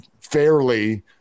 fairly